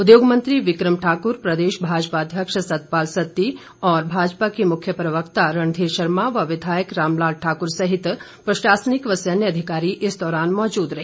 उद्योग मंत्री विक्रम ठाकुर प्रदेश भाजपा अध्यक्ष सतपाल सत्ती और भाजपा के मुख्य प्रवक्ता रणधीर शर्मा व विधायक रामलाल ठाकुर सहित प्रशासनिक व सैन्य अधिकारी इस दौरान मौजूद रहे